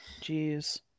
Jeez